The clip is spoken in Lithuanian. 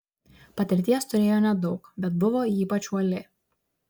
patirties turėjo nedaug bet buvo ypač uoli